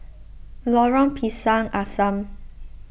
Lorong Pisang Asam